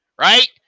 right